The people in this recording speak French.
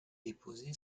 déposé